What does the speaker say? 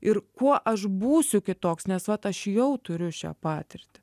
ir kuo aš būsiu kitoks nes vat aš jau turiu šią patirtį